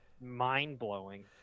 mind-blowing